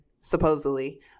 supposedly